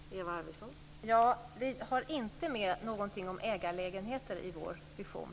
Fru talman! Ja, vi har inte med någonting om ägarlägenheter i vår vision.